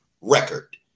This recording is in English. record